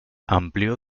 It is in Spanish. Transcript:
amplió